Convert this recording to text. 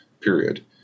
Period